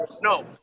No